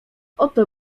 oto